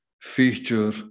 feature